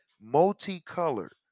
Multicolored